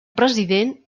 president